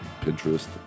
Pinterest